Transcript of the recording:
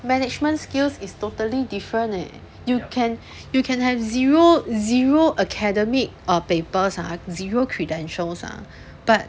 management skills is totally different leh you can you can have zero zero academic papers ah zero credentials ah but